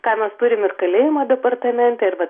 ką mes turim ir kalėjimų departamente ir vat